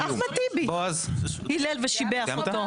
אחמד טיבי הילל ושיבח אותו.